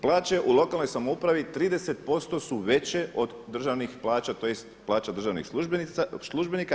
Plaće u lokalnoj samoupravi 30% su veće od državnih plaća, tj. plaća državnih službenika.